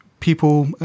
people